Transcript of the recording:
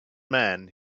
man